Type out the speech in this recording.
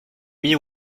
mis